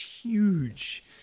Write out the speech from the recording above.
huge